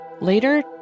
Later